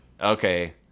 Okay